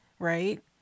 Right